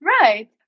Right